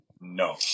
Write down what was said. No